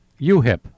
UHIP